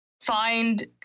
find